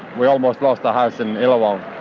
we almost lost a house in illawong.